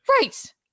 right